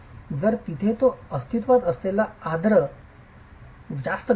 तर जिथे तो अस्तित्त्वात असलेला जास्त आर्द्रता गमावतो